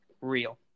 real